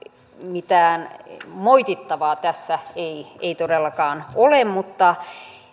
mitään moitittavaa tässä ei ei todellakaan ole mutta